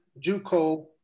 juco